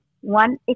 one